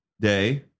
day